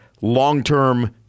long-term